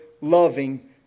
loving